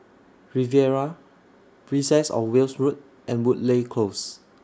Riviera Princess of Wales Road and Woodleigh Close